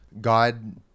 God